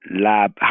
lab